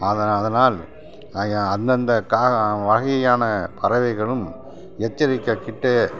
ஆதலால் அதனால் அந்தந்த கா வகையான பறவைகளும் எச்சரிக்கக்கிட்டு